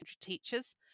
teachers